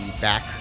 back